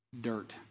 Dirt